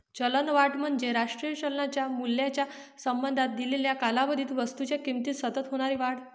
चलनवाढ म्हणजे राष्ट्रीय चलनाच्या मूल्याच्या संबंधात दिलेल्या कालावधीत वस्तूंच्या किमतीत सतत होणारी वाढ